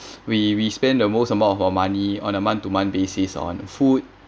we we spend the most amount of our money on a month to month basis on food